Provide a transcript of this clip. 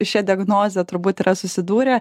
šia diagnoze turbūt yra susidūrę